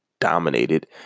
dominated